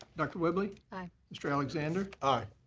dr. whibley. aye. mr. alexander. aye.